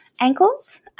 ankles